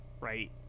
right